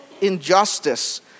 injustice